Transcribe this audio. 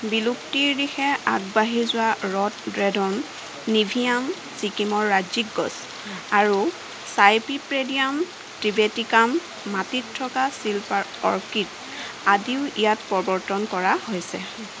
বিলুপ্তিৰ দিশে আগবাঢ়ি যোৱা ৰ'ড'ডেণ্ড্ৰন নিভিয়াম চিকিমৰ ৰাজ্যিক গছ আৰু চাইপ্ৰিপেডিয়াম টিবেটিকাম মাটিত থকা চ্লিপাৰ অৰ্কিড আদিও ইয়াত প্ৰৱৰ্তন কৰা হৈছে